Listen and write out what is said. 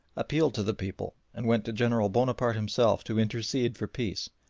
appealed to the people, and went to general bonaparte himself to intercede for peace,